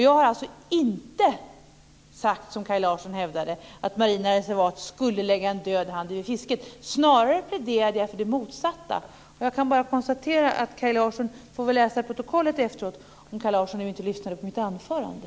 Jag har alltså inte sagt, som Kaj Larsson hävdade, att marina reservat skulle lägga en död hand över fisket. Snarare pläderade jag för det motsatta. Jag kan bara konstatera att Kaj Larsson får läsa protokollet efteråt, om Kaj Larsson inte lyssnade på mitt anförande.